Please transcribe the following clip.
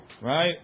right